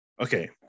Okay